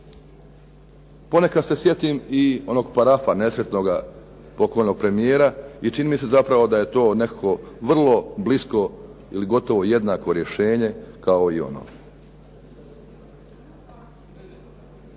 Ponekad se sjetim i onog parafa nesretnoga pokojnog premijera i čini mi se zapravo da je to nekako vrlo blisko ili gotovo jednako rješenje kao i ono.